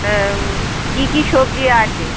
হ্যাঁ কী কী সবজি আছে